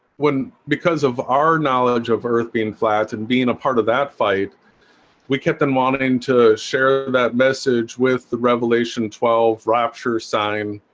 when because because of our knowledge of earth being flat and being a part of that fight we kept in wanting to share that message with the revelation twelve rapture sign